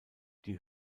die